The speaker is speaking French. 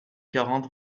quarante